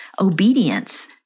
obedience